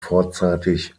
vorzeitig